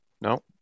No